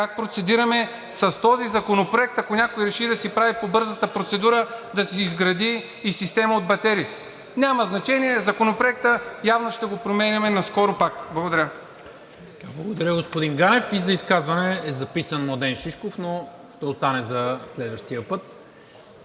как процедираме с този законопроект, ако някой реши да си прави по бързата процедура, да си изгради и система от батерии? Няма значение, Законопроектът явно ще го променяме наскоро пак. Благодаря. ПРЕДСЕДАТЕЛ НИКОЛА МИНЧЕВ: Благодаря, господин Ганев. За изказване е записан Младен Шишков, но ще остане за следващия път.